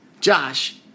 Josh